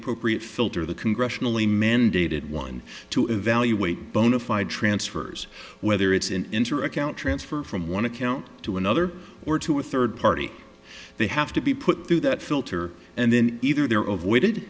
appropriate filter the congressionally mandated one to evaluate bonafide transfers whether it's in enter a count transfer from one account to another or to a third party they have to be put through that filter and then either there o